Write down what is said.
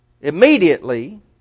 immediately